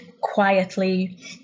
quietly